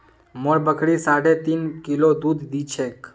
मोर बकरी साढ़े तीन किलो दूध दी छेक